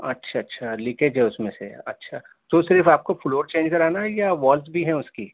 اچھا اچھا لیکیج ہے اس میں سے اچھا تو صرف آپ کو فلور چینج کرانا ہے یا والس بھی ہیں اس کی